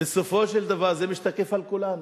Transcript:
בסופו של דבר זה משתקף אצל כולנו,